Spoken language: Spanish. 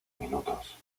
minutos